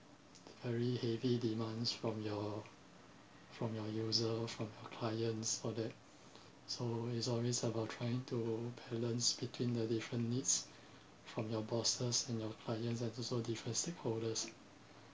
very heavy demands from your from your user from your clients all that so it's always about trying to balance between the different needs from your bosses and your clients and also different stakeholders